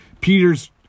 Peter's